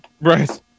Right